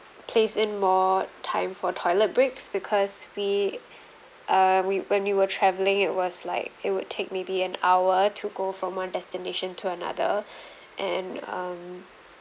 place in more time for toilet breaks because we um we when we were travelling it was like it would take maybe an hour to go from one destination to another and um